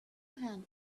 hand